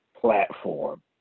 platform